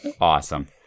Awesome